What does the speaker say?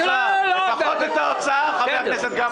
לפחות את ההוצאה, חבר הכנסת גפני.